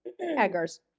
Eggers